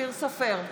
אופיר סופר,